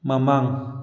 ꯃꯃꯥꯡ